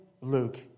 Luke